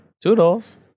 Toodles